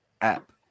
app